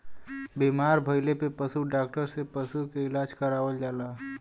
बीमार भइले पे पशु डॉक्टर से पशु के इलाज करावल जाला